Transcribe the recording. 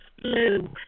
Blue